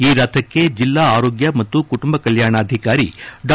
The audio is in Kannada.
ಈ ರಥಕ್ಕೆ ಜಿಲ್ಲಾ ಆರೋಗ್ಯ ಮತ್ತು ಕುಟುಂಬ ಕಲ್ಯಾಣಾಧಿಕಾರಿ ಡಾ